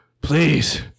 please